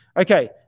Okay